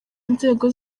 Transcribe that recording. inzego